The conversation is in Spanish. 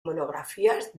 monografías